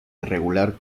irregular